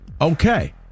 okay